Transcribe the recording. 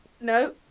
No